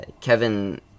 Kevin